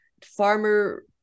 farmer